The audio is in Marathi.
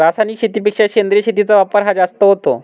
रासायनिक शेतीपेक्षा सेंद्रिय शेतीचा वापर हा जास्त होतो